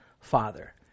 father